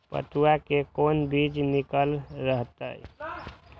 पटुआ के कोन बीज निक रहैत?